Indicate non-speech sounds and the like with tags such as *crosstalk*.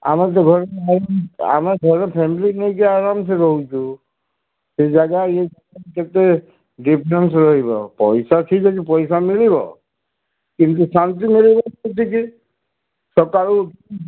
ଆମର ଯେ ଘରେ *unintelligible* ଆମେ ସେ ଘରେ ଫ୍ୟାମିଲି ନେଇକି ଆରାମସେ ରହୁଛୁ ସେ ଯାଗା ଇଏ କେତେ ଡିଫରେନ୍ସ ରହିବ ପଇସା ଠିକ୍ ଅଛି ପଇସା ମିଳିବ କିନ୍ତୁ ଶାନ୍ତି ମିଳିବନି ସେତିକି ସକାଳୁ